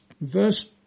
Verse